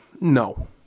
No